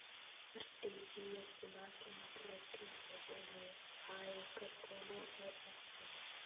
RTGS बा के मतलब कि होबे हय आ एकर कोनो और रस्ता?